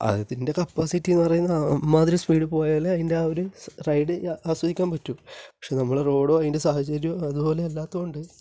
അതിന്റെ കപ്പാസിറ്റി എന്ന് പറയുന്നത് അമ്മാതിരി സ്പീഡില് പോയാലേ അതിന്റെ ആ ഒരു റൈഡ് ആസ്വദിക്കാന് പറ്റൂ പക്ഷെ നമ്മുടെ റോഡും അതിന്റെ സാഹചര്യവും അതുപോലെ അല്ലാത്തത് കൊണ്ട്